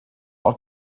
ort